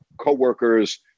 coworkers